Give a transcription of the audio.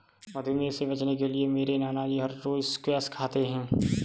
मधुमेह से बचने के लिए मेरे नानाजी हर रोज स्क्वैश खाते हैं